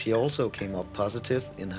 she also came up positive in